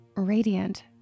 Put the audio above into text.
radiant